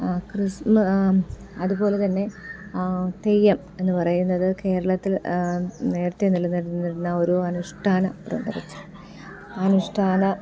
അതുപോലെ തന്നെ തെയ്യം എന്നു പറയുന്നത് കേരളത്തിൽ നേരത്തെ നിലനിരുന്ന ഒരു അനുഷ്ഠാന അനുഷ്ഠാന